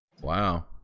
wow